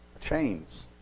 Chains